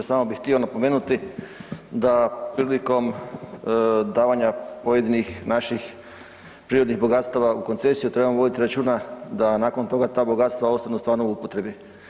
Samo bih htio napomenuti da prilikom davanja pojedinih naših prirodnih bogatstava u koncesiju, treba voditi računa da nakon toga ta bogatstva ostanu stvarno u upotrebi.